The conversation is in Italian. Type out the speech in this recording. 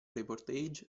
reportage